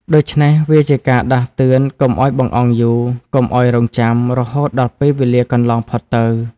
ដូច្នេះវាជាការដាស់តឿនកុំឲ្យបង្អង់យូរ កុំឲ្យរង់ចាំ រហូតដល់ពេលវេលាកន្លងផុតទៅ។